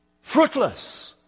Fruitless